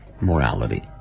morality